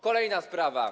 Kolejna sprawa.